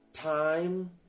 Time